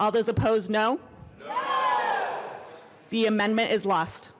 all those opposed no the amendment is lost